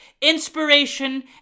inspiration